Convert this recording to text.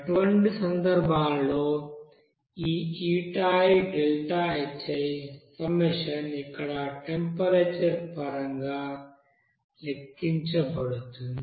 అటువంటి సందర్భాలలో ఈ సమ్మషన్ ఇక్కడ టెంపరేచర్ పరంగా లెక్కించబడుతుంది